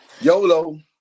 YOLO